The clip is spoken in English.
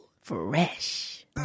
Fresh